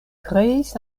kreis